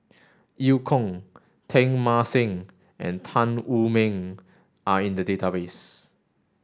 Eu Kong Teng Mah Seng and Tan Wu Meng are in the database